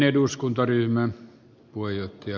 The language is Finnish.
arvoisa puhemies